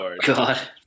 God